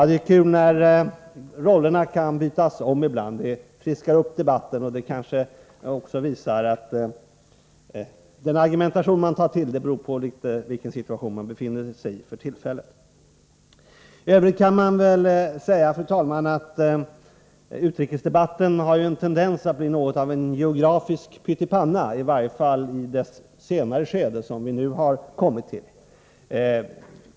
Det är roligt när rollerna kan bytas om — det friskar upp debatten och kanske också visar att den argumentation som man tar till litet grand beror på i vilken situation man befinner sig för tillfället. Tövrigt kan man, fru talman, säga att utrikesdebatten har en tendens att bli något av en geografisk pyttipanna — i varje fall i dess senare skede, som vi nu har kommit till.